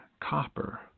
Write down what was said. copper